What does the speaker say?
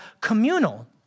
communal